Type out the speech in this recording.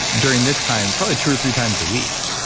during this time, probably two or three times a week,